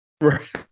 Right